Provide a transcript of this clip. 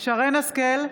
שרן מרים השכל,